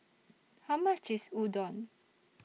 How much IS Udon